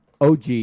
OG